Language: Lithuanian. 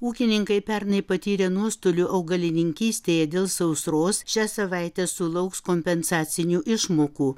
ūkininkai pernai patyrė nuostolių augalininkystėje dėl sausros šią savaitę sulauks kompensacinių išmokų